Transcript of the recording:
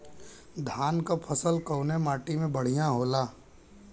धान क फसल कवने माटी में बढ़ियां होला?